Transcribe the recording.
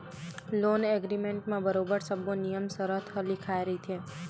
loan agreement म बरोबर सब्बो नियम सरत ह लिखाए रहिथे